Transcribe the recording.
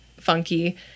funky